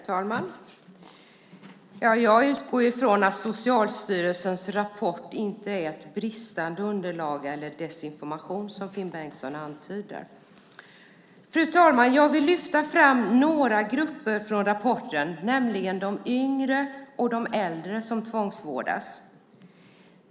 Fru talman! Jag utgår från att Socialstyrelsens rapport inte är ett bristande underlag eller desinformation, som Finn Bengtsson antyder. Fru talman! Jag vill lyfta fram några grupper i rapporten, nämligen de yngre och de äldre som tvångsvårdas.